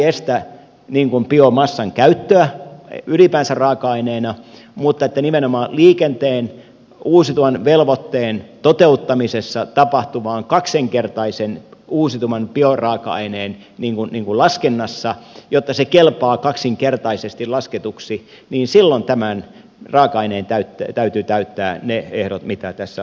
tämä ei estä biomassan käyttöä ylipäänsä raaka aineena mutta nimenomaan liikenteen uusiutuvan velvoitteen toteuttamisessa tapahtuvassa kaksinkertaisen uusiutuvan bioraaka aineen laskennassa jotta se kelpaa kaksinkertaisesti lasketuksi tämän raaka aineen täytyy täyttää ne ehdot mitä tässä lakiesityksessä on sanottu